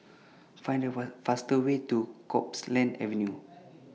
Find The fast Way to Copeland Avenue